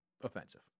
offensive